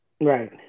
right